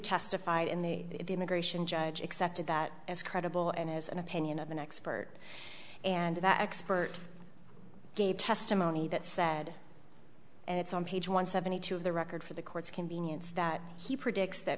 testified in the immigration judge accepted that as credible and it was an opinion of an expert and that expert gave testimony that said and it's on page one seventy two of the record for the court's convenience that he predicts that